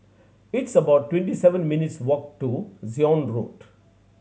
it's about twenty seven minutes' walk to Zion Road